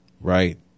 right